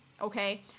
okay